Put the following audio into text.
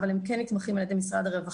אבל הם כן נתמכים על ידי משרד הרווחה,